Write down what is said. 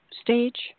stage